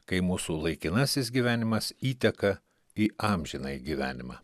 kai mūsų laikinasis gyvenimas įteka į amžinąjį gyvenimą